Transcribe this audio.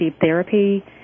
therapy